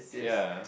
ya